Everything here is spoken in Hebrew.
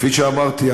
כפי שאמרתי,